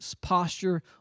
posture